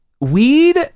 weed